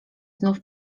znów